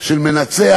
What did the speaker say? של מנצח,